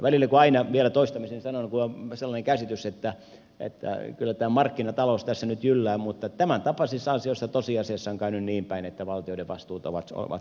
välillä kun aina vielä toistamiseen sanon on sellainen käsitys että kyllä tämä markkinatalous tässä nyt jyllää niin tämäntapaisissa asioissa tosiasiassa on käynyt niin päin että valtioiden vastuut ovat selvästi lisääntyneet